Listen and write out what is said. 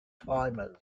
timers